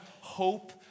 hope